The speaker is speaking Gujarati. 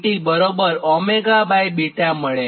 આ સમીકરણ 55 થાય